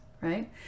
right